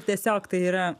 tiesiog tai yra